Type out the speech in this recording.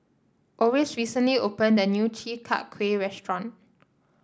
Oris recently opened a new Chi Kak Kuih restaurant